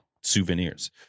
souvenirs